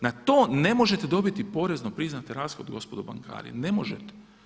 Na to ne možete dobiti porezno priznate rashode gospodo bankari, ne možete.